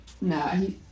no